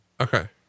Okay